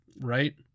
right